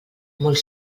molt